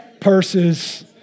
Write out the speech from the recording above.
purses